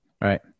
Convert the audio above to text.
right